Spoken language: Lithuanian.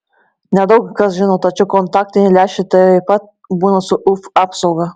ne daug kas žino tačiau kontaktiniai lęšiai taip pat būna su uv apsauga